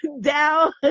down